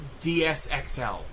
DSXL